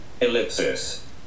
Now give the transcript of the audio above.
ellipsis